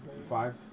Five